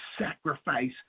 sacrifice